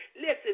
Listen